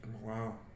Wow